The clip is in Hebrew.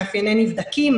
מאפייני נבדקים,